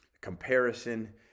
comparison